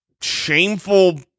shameful